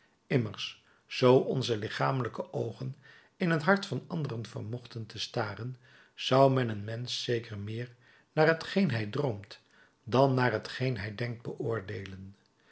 immers zoo onze lichamelijke oogen in het hart van anderen vermochten te staren zou men een mensch zeker meer naar t geen hij droomt dan naar t geen hij denkt beoordeelen